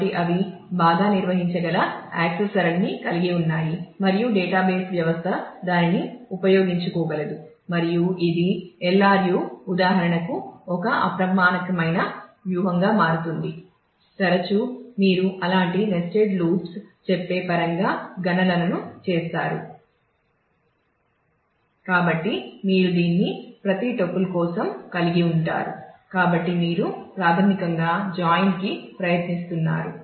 కాబట్టి అవి బాగా నిర్వహించగల యాక్సెస్ సరళిని కలిగి ఉన్నాయి మరియు డేటాబేస్ వ్యవస్థ దానిని ఉపయోగించుకోగలదు మరియు ఇది ఎల్ఆర్యు చెప్పే పరంగా గణనలను చేస్తున్నారు